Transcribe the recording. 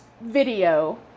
video